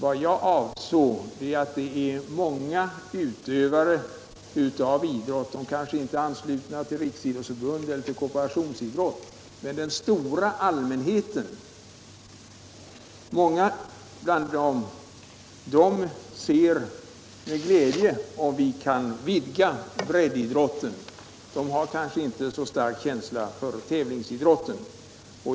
Vad jag avsåg var att många utövare av idrott — de kanske inte är anslutna till vare sig Riksidrottsförbundet eller Korpen —- med glädje skulle se att vi kunde vidga breddidrotten. De har kanske inte så stark känsla för tävlingsidrotten.